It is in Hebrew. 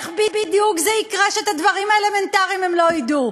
אז איך זה בדיוק יקרה כשאת הדברים האלמנטריים הם לא ידעו?